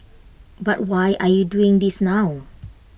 but why are you doing this now